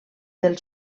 del